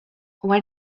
why